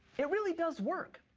it really does work.